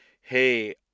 hey